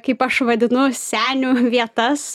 kaip aš vadinu senių vietas